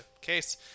case